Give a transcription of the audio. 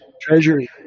treasury